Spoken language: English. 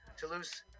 Toulouse